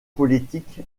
politique